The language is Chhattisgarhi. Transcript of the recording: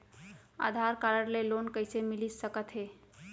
आधार कारड ले लोन कइसे मिलिस सकत हे?